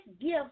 gift